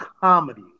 comedy